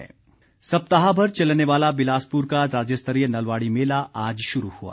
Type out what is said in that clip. नलवाड़ी मेला सप्ताह भर चलने वाला बिलासपुर का राज्यस्तरीय नलवाड़ी मेला आज शुरू हुआ